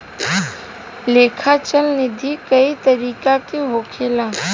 लेखा चल निधी कई तरीका के होखेला